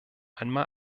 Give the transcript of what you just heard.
einmal